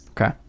Okay